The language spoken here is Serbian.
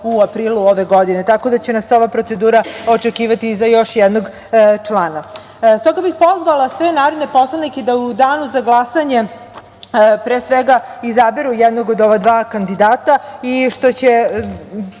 u aprilu ove godine, tako da će nas ova procedura očekivati i za još jednog člana. Stoga bih pozvala sve poslanike da u danu za glasanje, pre svega, izaberu jednog od ova dva kandidata, što će